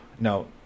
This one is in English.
no